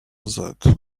that